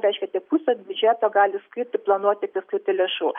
reiškia tik pusę biudžeto gali skirti planuoti ir skirti lėšų